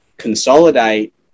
consolidate